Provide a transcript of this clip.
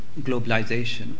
globalization